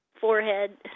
forehead